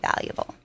valuable